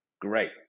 great